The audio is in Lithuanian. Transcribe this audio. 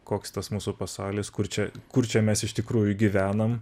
koks tas mūsų pasaulis kur čia kur čia mes iš tikrųjų gyvenam